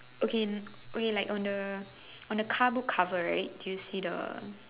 okay okay like on the on the car book cover right do you see the